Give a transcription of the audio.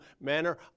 manner